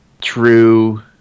true